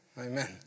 Amen